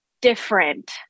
different